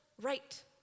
right